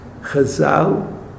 Chazal